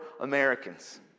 Americans